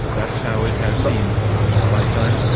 that's how it has seemed for most of our lifetime.